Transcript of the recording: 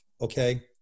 okay